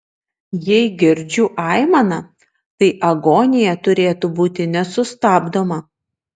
jei girdžiu aimaną tai agonija turėtų būti nesustabdoma